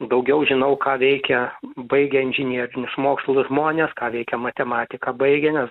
daugiau žinau ką veikia baigę inžinierinius mokslus žmonės ką veikia matematiką baigę nes